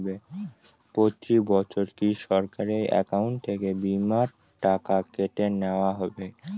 প্রতি বছর কি সরাসরি অ্যাকাউন্ট থেকে বীমার টাকা কেটে নেওয়া হবে?